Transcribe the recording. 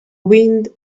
wind